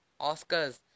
Oscars